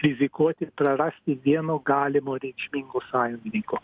rizikuoti prarasti vieno galimo reikšmingo sąjungininko